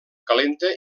calenta